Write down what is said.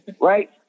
Right